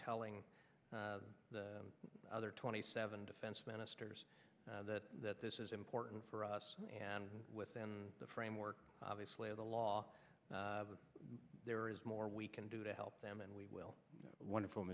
telling the other twenty seven defense ministers that that this is important for us and within the framework obviously of the law there is more we can do to help them and we well wonderful